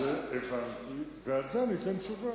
את זה הבנתי, ועל זה אני אתן תשובה.